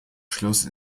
schloss